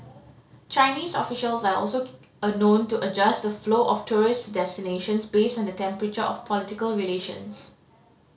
Chinese officials are also a known to adjust the flow of tourists to destinations based on the temperature of political relations